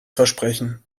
versprechen